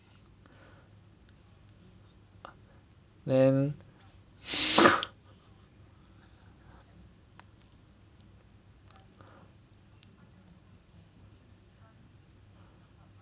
then